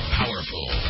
powerful